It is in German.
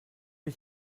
ich